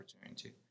opportunity